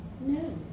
No